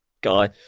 guy